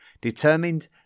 determined